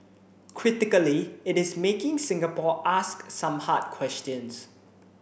critically it is making Singapore ask some hard questions